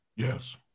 Yes